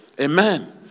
Amen